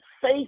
faith